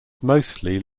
mostly